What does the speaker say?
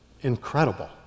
incredible